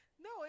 no